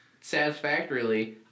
satisfactorily